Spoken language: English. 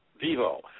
Vivo